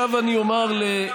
גם בנימין נתניהו אמר,